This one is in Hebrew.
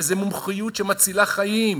וזו מומחיות שמצילה חיים,